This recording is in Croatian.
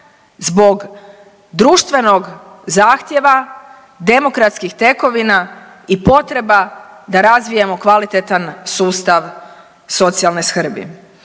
zbog društvenog zahtjeva demokratskih tekovina i potreba da razvijamo kvalitetan sustav socijalne skrbi.